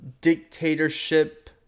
dictatorship